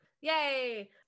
yay